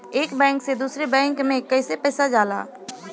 एक बैंक से दूसरे बैंक में कैसे पैसा जाला?